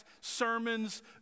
sermons